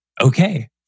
Okay